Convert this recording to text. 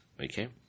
Okay